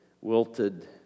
wilted